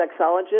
sexologist